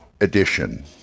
edition